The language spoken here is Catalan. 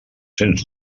sens